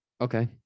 Okay